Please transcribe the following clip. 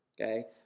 Okay